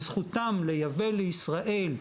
יושב ראש הוועדה המיוחדת לזכויות הילד,